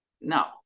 No